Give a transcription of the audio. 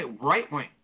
right-wing